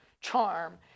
charm